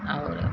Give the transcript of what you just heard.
आओर